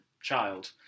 child